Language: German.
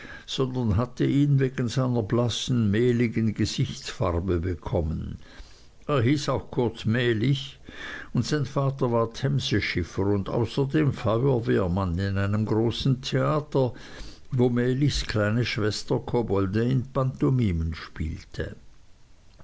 sondern hatte ihn wegen seiner blassen mehligen gesichtsfarbe bekommen er hieß auch kurz mehlig und sein vater war themseschiffer und außerdem feuerwehrmann in einem großen theater wo mehligs kleine schwester kobolde in pantomimen spielte